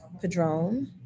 Padrone